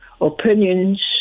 opinions